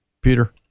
Peter